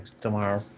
tomorrow